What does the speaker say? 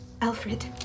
Alfred